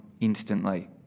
instantly